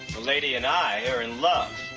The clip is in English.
lady and i are in love.